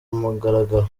mugaragaro